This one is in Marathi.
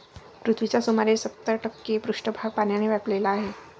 पृथ्वीचा सुमारे सत्तर टक्के पृष्ठभाग पाण्याने व्यापलेला आहे